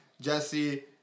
Jesse